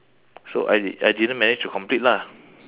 so I I didn't manage to complete lah